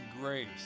grace